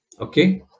Okay